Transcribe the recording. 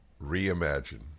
Reimagine